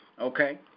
Okay